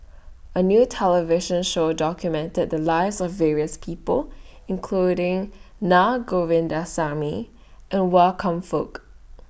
A New television Show documented The Lives of various People including Na Govindasamy and Wan Kam Fook